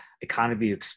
economy